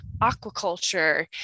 aquaculture